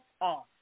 off